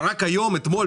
רק אתמול,